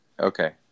Okay